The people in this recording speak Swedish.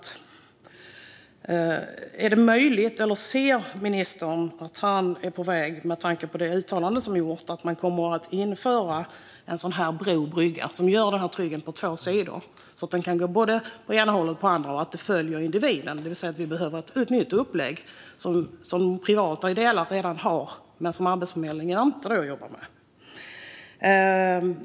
Ser ministern att han är på väg, med tanke på det uttalande som gjorts, mot att införa en sådan här brygga eller bro som skapar denna trygghet på två sidor, så att man kan gå både på ena och på andra hållet och att det följer individen? Då behöver vi ett helt nytt upplägg som privata delar redan har men som Arbetsförmedlingen inte jobbar med.